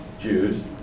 Jews